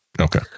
Okay